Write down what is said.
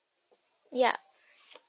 yup